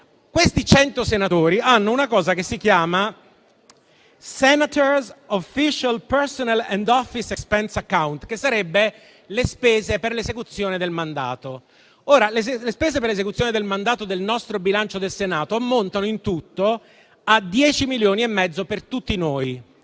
sono 100 e hanno una cosa che si chiama *Senators' Official Personnel and Office Expense Account*, che sarebbero le spese per l'esecuzione del mandato. Ora, le spese per l'esecuzione del mandato del nostro bilancio del Senato ammontano in tutto a 10,5 milioni per tutti noi.